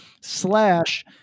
slash